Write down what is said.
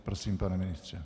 Prosím, pane ministře.